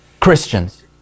Christians